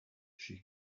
she